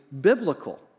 biblical